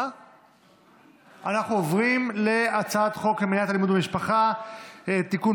אנחנו עוברים להצעת חוק מניעת אלימות במשפחה (תיקון,